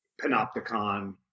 panopticon